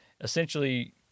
essentially